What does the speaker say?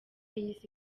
y’isi